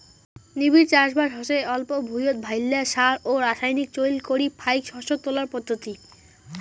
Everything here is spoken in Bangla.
নিবিড় চাষবাস হসে অল্প ভুঁইয়ত ভাইল্লা সার ও রাসায়নিক চইল করি ফাইক শস্য তোলার পদ্ধতি